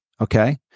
okay